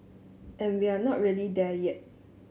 and we're not really there yet